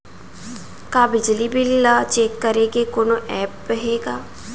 का बिजली बिल ल चेक करे के कोनो ऐप्प हे का?